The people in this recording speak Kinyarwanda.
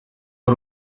ari